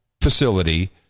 facility